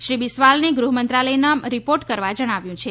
શ્રી બીસ્વાલને ગૃહમંત્રાલયમાં રિપોર્ટ કરવા જણાવ્યું છે